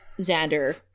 Xander